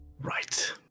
Right